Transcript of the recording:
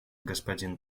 господин